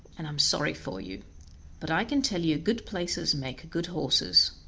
and i'm sorry for you but i can tell you good places make good horses.